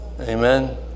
Amen